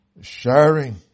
sharing